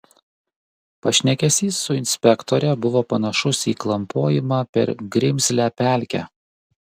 pašnekesys su inspektore buvo panašus į klampojimą per grimzlią pelkę